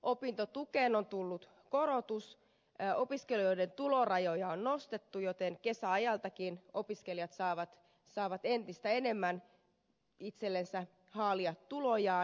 opintotukeen on tullut korotus opiskelijoiden tulorajoja on nostettu joten kesäajaltakin opiskelijat saavat entistä enemmän haalia tuloja